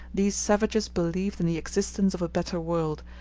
these savages believed in the existence of a better world,